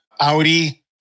Audi